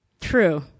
True